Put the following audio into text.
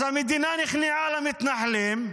אז המדינה נכנעה למתנחלים,